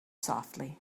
softly